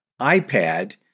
iPad